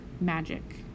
magic